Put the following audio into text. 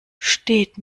steht